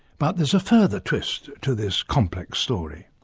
but there's a further twist to this complex story.